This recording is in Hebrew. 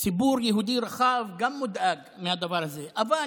ציבור יהודי רחב גם מודאג מהדבר הזה, אבל